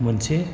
मोनसे